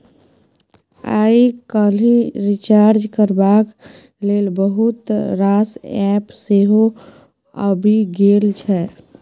आइ काल्हि रिचार्ज करबाक लेल बहुत रास एप्प सेहो आबि गेल छै